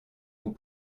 vous